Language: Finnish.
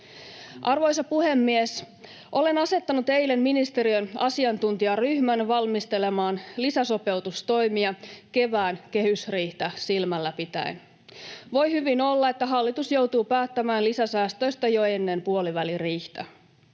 Arvoisa puhemies! Olen asettanut eilen ministeriön asiantuntijaryhmän valmistelemaan lisäsopeutustoimia kevään kehysriihtä silmällä pitäen. Voi hyvin olla, että hallitus joutuu päättämään lisäsäästöistä jo ennen puoliväliriihtä.